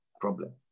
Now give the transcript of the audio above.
problem